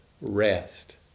rest